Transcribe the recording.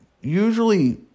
usually